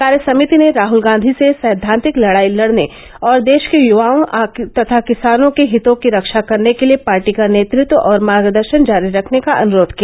कार्य समिति ने राहुल गांधी से सैद्वांतिक लड़ाई लड़ने और देश के युवाओं तथा किसानों के हितों की रक्षा करने के लिए पार्टी का नेतृत्व और मार्गदर्शन जारी रखने का अनुरोध किया